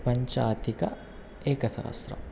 पञ्चाधिकैकसहस्रम्